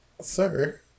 sir